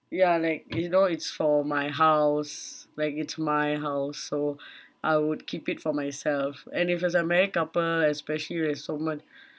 ya like you know it's for my house like it's my house so I would keep it for myself and if as a married couple especially if there's someone